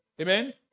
Amen